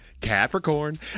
Capricorn